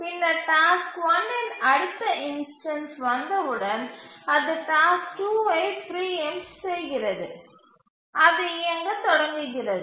பின்னர் டாஸ்க் 1 இன் அடுத்த இன்ஸ்டன்ஸ் வந்தவுடன் அது டாஸ்க் 2 ஐ பிரீஎம்ட் செய்கிறது அது இயங்கத் தொடங்குகிறது